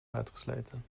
uitgesleten